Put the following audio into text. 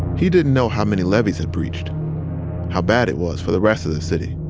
he didn't know how many levees had breached how bad it was for the rest of the city.